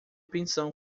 pensão